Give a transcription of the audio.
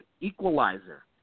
equalizer